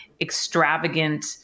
extravagant